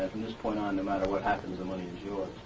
this point on, no matter what happens, the money is yours.